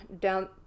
down